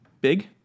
big